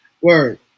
Word